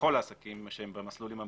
לכל העסקים שהם במסלולים המקוצרים,